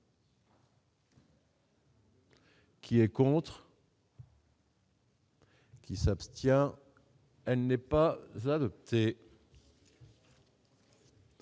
Qui est contre. Qui s'abstient, il n'est pas adoptée.